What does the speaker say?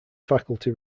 faculty